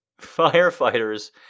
firefighters